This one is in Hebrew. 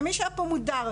ומי שהיה פה מודר,